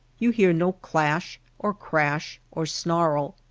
you hear no clash or crash or snarl.